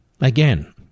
Again